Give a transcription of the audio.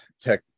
tech